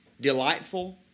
delightful